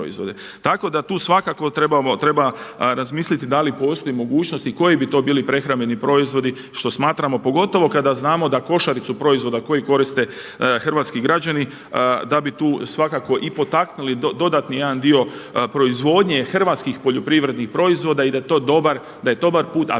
Tako da tu svakako treba razmisliti da li postoji mogućnost i koji bi to bili prehrambeni proizvodi što smatramo pogotovo kada znamo da košaricu proizvoda koji koriste hrvatski građani da bi tu svakako i potaknuli dodatni jedan dio proizvodnje hrvatskih poljoprivrednih proizvoda i da je to dobar put, a vidimo